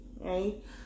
right